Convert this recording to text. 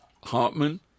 Hartman